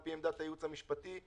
על פי עמדת הייעוץ המשפטי.